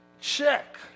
check